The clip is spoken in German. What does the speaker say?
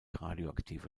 radioaktive